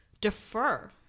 defer